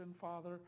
Father